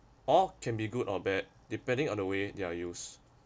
all can be good or bad depending on the way they are used